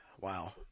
Wow